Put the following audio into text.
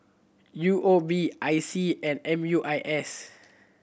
U O B I C and M U I S